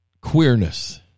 queerness